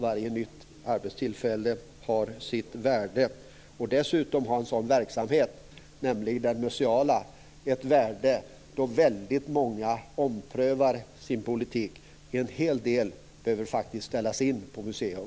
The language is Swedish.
Varje nytt arbetstillfälle har sitt värde. Den museala verksamheten har sitt värde i att ompröva politiken. En hel del behöver ställas in på museum.